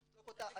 נבדוק אותה.